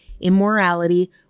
immorality